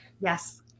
Yes